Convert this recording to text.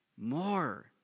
more